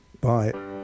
bye